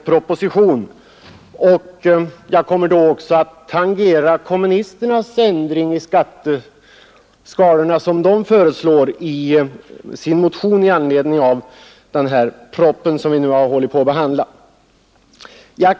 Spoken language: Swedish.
Herr Eriksson i Bäckmora hänvisade också till den saken i sitt anförande i går. Jag kommer även att tangera den ändring i skatteskalorna som kommunisterna föreslår i sin motion i anledning av den proposition som vi nu behandlar.